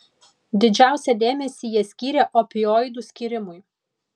didžiausią dėmesį jie skyrė opioidų skyrimui